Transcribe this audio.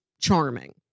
charming